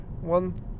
one